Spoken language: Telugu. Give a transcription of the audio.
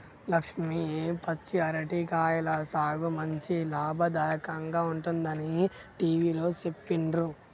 లక్ష్మి పచ్చి అరటి కాయల సాగు మంచి లాభదాయకంగా ఉంటుందని టివిలో సెప్పిండ్రు